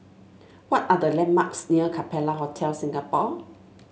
what are the landmarks near Capella Hotel Singapore